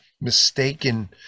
mistaken